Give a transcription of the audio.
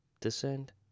Descend